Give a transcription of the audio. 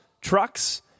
trucks